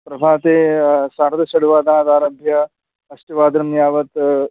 प्रभाते सार्धषड्वादनादारभ्य अष्टवादनं यावत्